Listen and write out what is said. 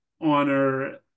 honor